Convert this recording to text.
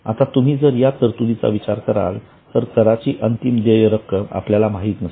आता तुम्ही जर या तरतुदीचा विचार कराल तर कराची अंतिम देय रक्कम आपल्याला माहित नसते